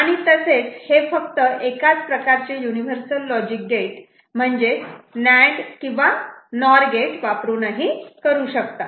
आणि तसेच हे फक्त एकाच प्रकारचे युनिव्हर्सल लॉजिक गेट म्हणजेच नांड गेट किंवा नॉर गेट वापरूनही करू शकतात